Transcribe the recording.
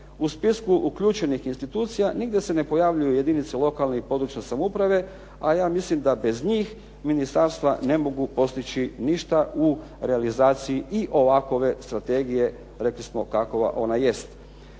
uključenih institucija nigdje se ne pojavljuju jedinice lokalne i područne samouprave, a ja mislim da bez njih ministarstva ne mogu postići ništa u realizaciji i ovakove strategije rekli smo kakova ona jest.